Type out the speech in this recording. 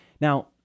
Now